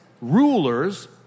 rulers